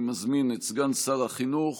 אני מזמין את סגן שר החינוך